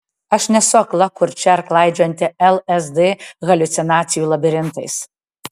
aš nesu akla kurčia ar klaidžiojanti lsd haliucinacijų labirintais